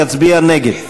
יצביע נגד.